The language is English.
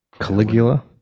Caligula